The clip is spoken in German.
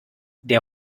der